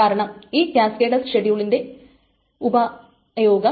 അതാണ് ഈ കാസ്കേഡ്ലെസ്സ് ഷെഡ്യൂളിന്റെ ഉപയോഗം